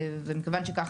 ומכיוון שכך,